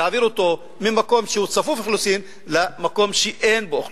יש להעביר אותם ממקום שהוא צפוף אוכלוסין למקום שאין בו אוכלוסייה,